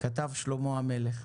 כתב שלמה המלך,